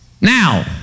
Now